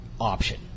option